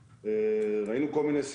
אין לנו כוונה לפגוע ביבואנים,